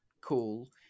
cool